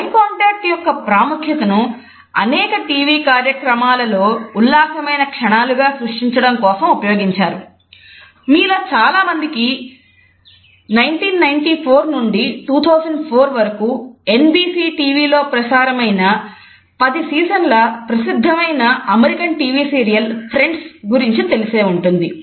I contact గురించి తెలిసే ఉంటుంది